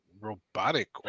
robotic